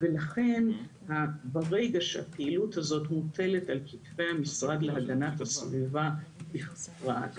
לכן ברגע שהפעילות הזאת מוטלת על קטלי המשרד להגנת הסביבה בפרט,